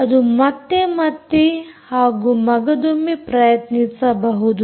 ಅದು ಮತ್ತೆ ಮತ್ತೆ ಹಾಗೂ ಮಗದೊಮ್ಮೆ ಪ್ರಯತ್ನಿಸಬಹುದು